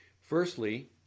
Firstly